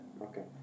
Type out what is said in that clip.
Okay